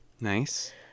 nice